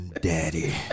Daddy